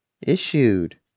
issued